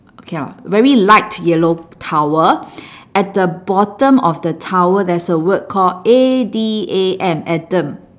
okay very light yellow towel at the bottom of the towel there's a word called A D A M adam